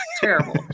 terrible